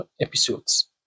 episodes